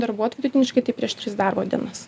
darbuotojų vidutiniškai tai prieš tris darbo dienas